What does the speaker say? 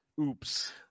Oops